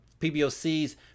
PBOC's